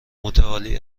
متعالی